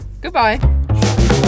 goodbye